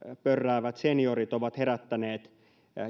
pörräävät seniorit ovat herättäneet